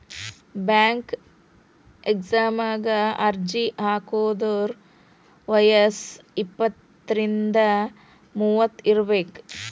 bank ಎಕ್ಸಾಮಗ ಅರ್ಜಿ ಹಾಕಿದೋರ್ ವಯ್ಯಸ್ ಇಪ್ಪತ್ರಿಂದ ಮೂವತ್ ಇರಬೆಕ್